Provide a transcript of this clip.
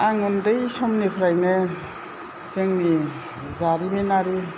आं ओन्दै समनिफ्रायनो जोंनि जारिमिनारि